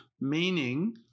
meaning